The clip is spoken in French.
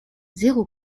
zéro